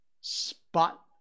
spot